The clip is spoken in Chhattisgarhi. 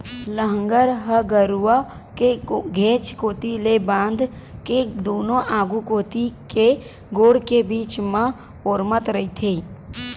लांहगर ह गरूवा के घेंच कोती ले बांध के दूनों आघू कोती के गोड़ के बीच म ओरमत रहिथे